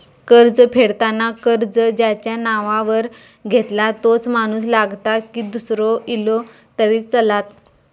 कर्ज फेडताना कर्ज ज्याच्या नावावर घेतला तोच माणूस लागता की दूसरो इलो तरी चलात?